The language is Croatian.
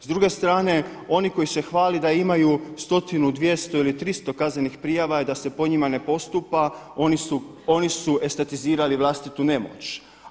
S druge strane oni koji se hvale da imaju stotinu, 200 ili 300 kaznenih prijava i da se po njima ne postupa oni su estetizirali vlastitu nemoć.